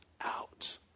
out